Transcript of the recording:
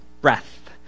breath